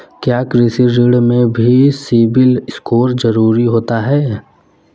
क्या कृषि ऋण में भी सिबिल स्कोर जरूरी होता है?